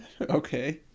Okay